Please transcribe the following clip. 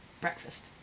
breakfast